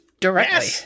Directly